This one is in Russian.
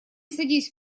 садись